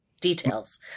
Details